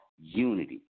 unity